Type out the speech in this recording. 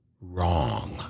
wrong